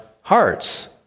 hearts